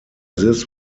this